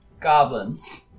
goblins